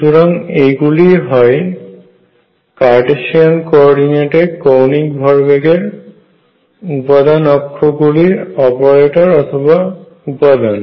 সুতরাং এইগুলি হয় কার্টেসিয়ান কো অর্ডিনেটে কৌণিক ভরবেগের উপাদান অক্ষ গুলির অপারেটর অথবা উপাদান